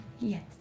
Yes